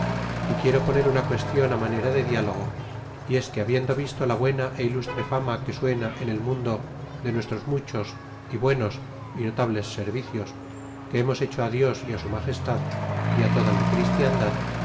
y quiero poner una qüestion manera de diálogo y es que habiendo visto la buena é ilustre fama que suena en el inundo de nuestros muchos y buenos y notables servicios que hemos hecho dios y su magestad y toda la christiandad